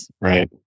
Right